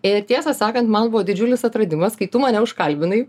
ir tiesą sakant man buvo didžiulis atradimas kai tu mane užkalbinai